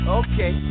okay